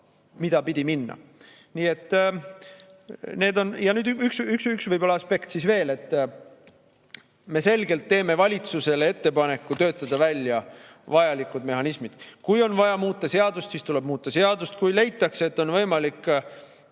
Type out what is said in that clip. teed pidi minna. Üks aspekt võib-olla veel. Me selgelt teeme valitsusele ettepaneku töötada välja vajalikud mehhanismid. Kui on vaja muuta seadust, siis tuleb muuta seadust. Kui leitakse, et on võimalik